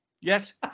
yes